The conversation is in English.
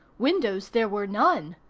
windows there were none.